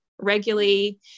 regularly